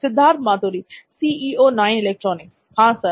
सिद्धार्थ मातुरी हां सर